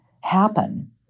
happen